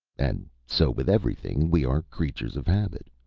and so with everything. we are creatures of habit.